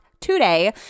today